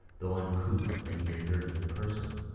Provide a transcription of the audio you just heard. though uncouth and even dirty in person.